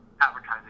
Advertising